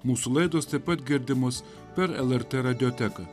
mūsų laidos taip pat girdimos per lrt radiotechnika